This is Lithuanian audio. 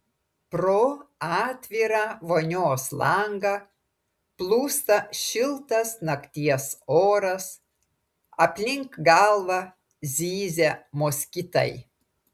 pro atvirą vonios langą plūsta šiltas nakties oras aplink galvą zyzia moskitai